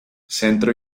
centro